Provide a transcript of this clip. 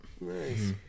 Nice